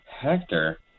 Hector